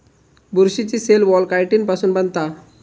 बुरशीची cell wall chitin पासुन बनता